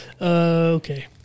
Okay